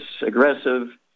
aggressive